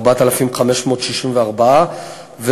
4,564 שקלים,